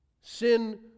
Sin